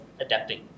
adapting